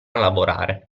lavorare